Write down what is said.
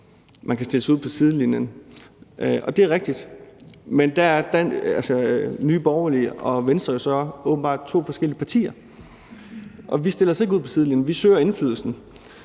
man kan stille sig ud på sidelinjen, og det er rigtigt. Men der er Nye Borgerlige og Venstre så åbenbart to forskellige partier, og vi stiller os ikke ud på sidelinjen. Vi søger indflydelsen